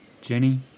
Jenny